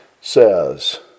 says